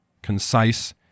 concise